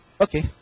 Okay